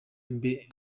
mbe